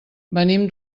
venim